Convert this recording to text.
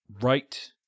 right